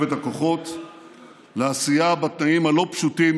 את הכוחות לעשייה בתנאים הלא-פשוטים,